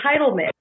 entitlement